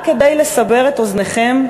רק כדי לסבר את אוזנכם,